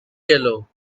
yellow